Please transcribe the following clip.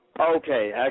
Okay